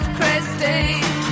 Christine